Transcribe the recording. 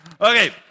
Okay